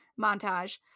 montage